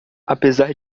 apesar